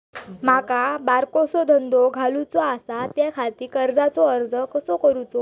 माका बारकोसो धंदो घालुचो आसा त्याच्याखाती कर्जाचो अर्ज कसो करूचो?